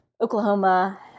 Oklahoma